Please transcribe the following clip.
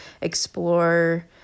explore